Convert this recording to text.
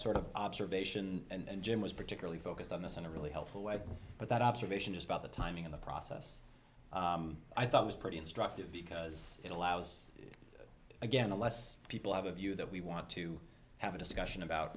sort of observation and jim was particularly focused on this in a really helpful way but that observation is about the timing of the process i thought was pretty instructive because it allows again unless people have a view that we want to have a discussion about